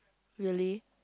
really